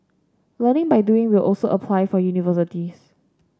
learning by doing will also apply for universities